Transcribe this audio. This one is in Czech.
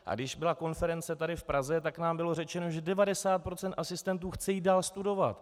A když byla konference tady v Praze, tak nám bylo řečeno, že 90 % asistentů chce jít dál studovat.